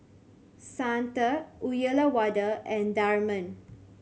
Santha Uyyalawada and Tharman